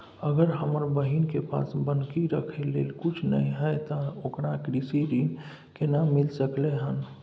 अगर हमर बहिन के पास बन्हकी रखय लेल कुछ नय हय त ओकरा कृषि ऋण केना मिल सकलय हन?